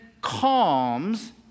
calms